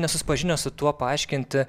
nesusipažinę su tuo paaiškinti